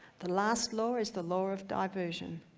the last law is the law of diversion.